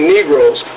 Negroes